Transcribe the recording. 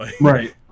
Right